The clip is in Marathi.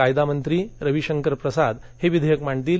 कायदे मंत्री रवी शंकर प्रसाद हे विधेयक मांडतील